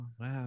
wow